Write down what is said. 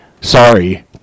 sorry